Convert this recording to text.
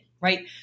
right